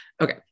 Okay